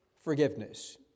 forgiveness